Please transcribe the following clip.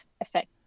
effect